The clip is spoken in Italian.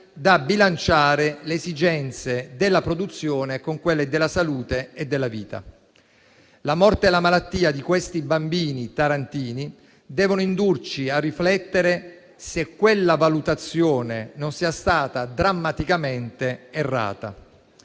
da bilanciare le esigenze della produzione con quelle della salute e della vita. La morte e la malattia dei bambini tarantini devono indurci a riflettere se quella valutazione non sia stata drammaticamente errata.